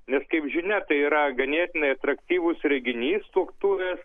nes kaip žinia tai yra ganėtinai atraktyvus renginys tuoktuvės